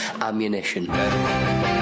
ammunition